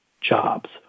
jobs